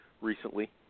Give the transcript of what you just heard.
recently